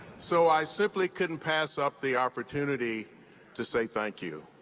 so i simply couldn't pass up the opportunity to say thank you.